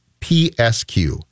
PSQ